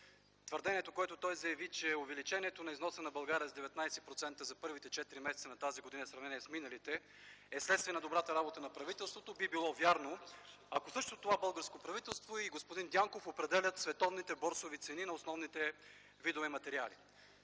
твърдението, което той направи, че увеличението на износа на България с 19% за първите четири месеца на тази година в сравнение с миналите, е вследствие на добрата работа на правителството би било вярно, ако същото това българско правителство и господин Дянков определят световните борсови цени на основните видове материали.